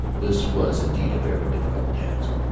this was indeed a very difficult task,